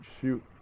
shoot